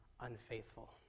unfaithful